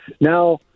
Now